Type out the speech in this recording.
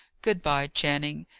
good-bye, channing.